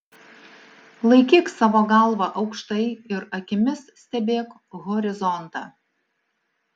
laikyk savo galvą aukštai ir akimis stebėk horizontą